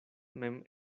mem